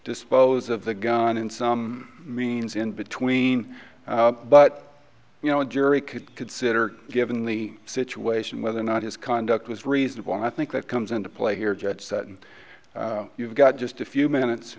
dispose of the gun in some means in between but you know a jury could consider given the situation whether or not his conduct was reasonable and i think that comes into play here judge that you've got just a few minutes